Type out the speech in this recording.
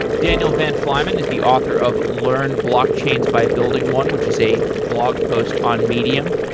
daniel van flymen is the author of learn blockchains by building one, which is a blog post on medium.